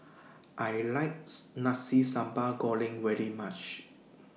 I likes Nasi Sambal Goreng very much